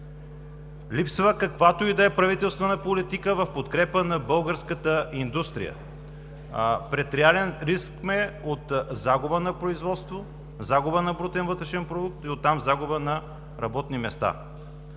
Липсва каквато и да е правителствена политика в подкрепа на българската индустрия. Пред реален риск сме от загуба на производство, загуба на брутен вътрешен продукт и оттам загуба на работни места.